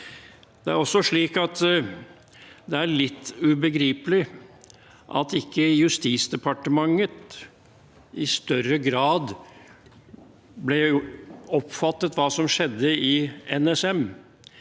Det er også litt ubegripelig at ikke Justisdepartementet i større grad oppfattet hva som skjedde i NSM.